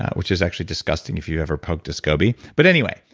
which is actually disgusting if you ever poked a scoby, but anyway,